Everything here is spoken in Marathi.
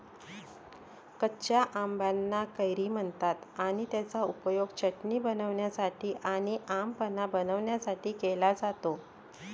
कच्या आंबाना कैरी म्हणतात आणि त्याचा उपयोग चटणी बनवण्यासाठी आणी आम पन्हा बनवण्यासाठी केला जातो